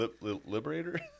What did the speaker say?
Liberator